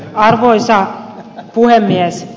arvoisa puhemies